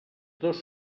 dos